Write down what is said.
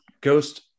Ghost